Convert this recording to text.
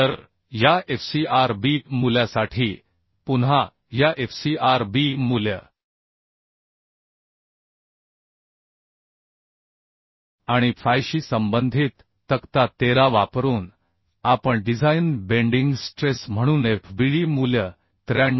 तर या FcRb मूल्यासाठी पुन्हा या FcRb मूल्य आणि Fyशी संबंधित तक्ता 13 वापरून आपण डिझाइन बेंडिंग स्ट्रेस म्हणूनFbD मूल्य 93